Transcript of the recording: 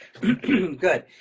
good